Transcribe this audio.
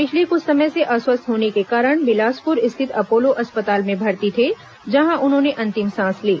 पिछले कुछ समय से अवस्थ होने के कारण बिलासपुर स्थित अपोलो अस्पताल में भर्ती थे जहां उन्होंने अंतिम सांस ली